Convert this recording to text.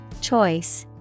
Choice